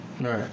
Right